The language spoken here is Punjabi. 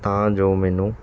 ਤਾਂ ਜੋ ਮੈਨੂੰ